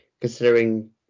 Considering